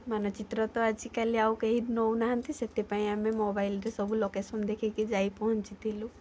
ମାନଚିତ୍ର ତ ଆଜିକାଲି ଆଉ କେହି ନେଉନାହାନ୍ତି ସେଥିପାଇଁ ଆମେ ମୋବାଇଲ୍ରେ ସବୁ ଲୋକେସନ୍ ଦେଖିକି ଯାଇ ପହଞ୍ଚିଥିଲୁ